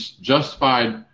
justified